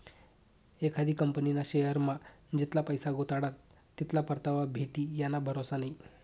एखादी कंपनीना शेअरमा जितला पैसा गुताडात तितला परतावा भेटी याना भरोसा नै